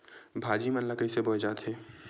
भाजी मन ला कइसे बोए जाथे?